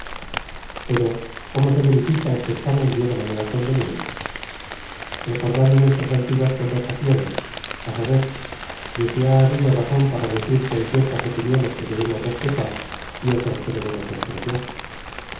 paro cómo se verifica este examen de una manera conveniente becordando nuestras antiguas conversaciones á saber de si ha habido razón para decir que hay ciertas opiniones que debemos respetar y otras que debemos desjweeiar